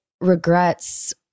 regrets